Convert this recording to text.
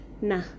nah